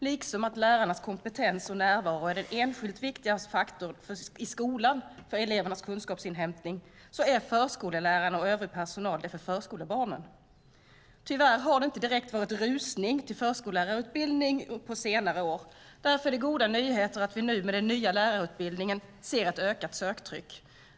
Liksom lärarnas kompetens och närvaro är den enskilt viktigaste faktorn i skolan för elevernas kunskapsinhämtning, är förskollärarna och övrig personal det för förskolebarnen. Tyvärr har det inte direkt varit någon rusning till förskollärarutbildningen på senare år. Därför är det goda nyheter att vi nu med den nya lärarutbildningen ser ett ökat söktryck.